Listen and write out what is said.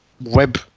web